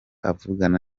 avugana